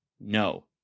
No